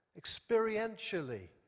experientially